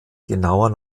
genauer